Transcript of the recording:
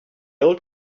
old